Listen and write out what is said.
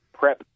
prep